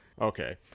Okay